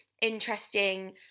interesting